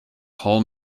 whole